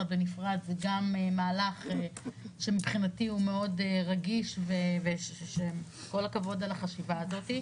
בנפרד זה גם מהלך שמבחינתי הוא מאוד רגיש וכל הכבוד על צורת חשיבה זו.